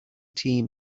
team